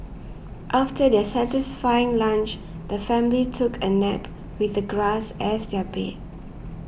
after their satisfying lunch the family took a nap with the grass as their bed